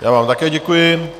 Já vám také děkuji.